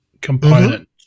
component